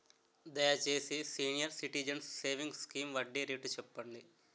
దయచేసి senior citizens savings scheme వడ్డీ rate చెప్పండి